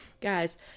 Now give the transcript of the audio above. Guys